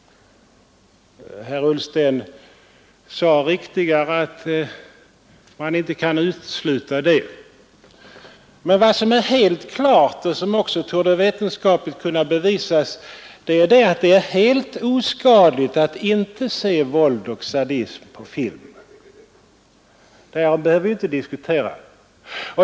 Herr Ullsten refererade riktigare ”att man inte kan utesluta skadlig verkan”. Vad som däremot är fullt klart och också torde vetenskapligt kunna bevisas är att det är helt oskadligt att inte se våld och sadism på film. Därom behöver vi inte diskutera.